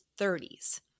30s